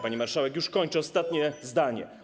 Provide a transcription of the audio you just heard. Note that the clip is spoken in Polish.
Pani marszałek, już kończę, ostatnie zdanie.